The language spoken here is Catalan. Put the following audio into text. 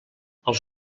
els